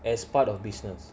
as part of business